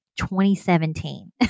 2017